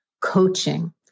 coaching